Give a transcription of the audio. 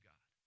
God